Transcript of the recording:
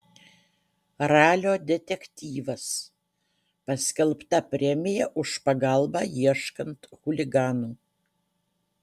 ralio detektyvas paskelbta premija už pagalbą ieškant chuliganų